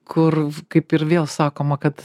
kur kaip ir vėl sakoma kad